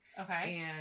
Okay